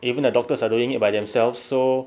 even the doctors are doing it by themselves so